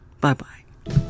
Bye-bye